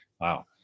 Wow